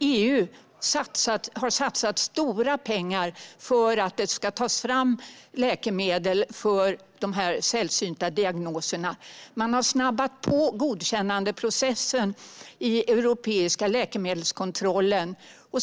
EU har satsat stora pengar för att det ska tas fram läkemedel för de sällsynta diagnoserna. Man har snabbat på godkännandeprocessen i den europeiska läkemedelskontrollen.